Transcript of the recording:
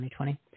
2020